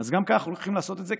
גם כאן אנחנו הולכים לעשות את זה,